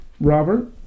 Robert